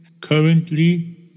currently